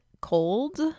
cold